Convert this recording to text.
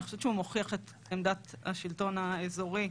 אני חושבת שהוא מוכיח את עמדת השלטון האזורי,